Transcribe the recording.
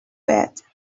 bed